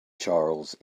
charles